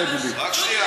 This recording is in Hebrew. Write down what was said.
לא, דודי.